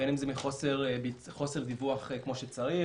בין אם זה מחוסר דיווח כמו שצריך,